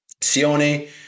Sione